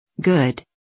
Good